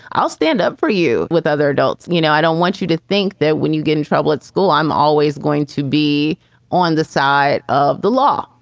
i'll stand up for you with other adults. you know, i don't want you to think that when you get in trouble at school, i'm always going to be on the side of the law.